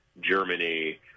Germany